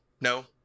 no